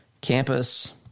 campus